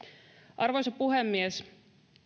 arvoisa puhemies